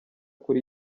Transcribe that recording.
kuri